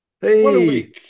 Hey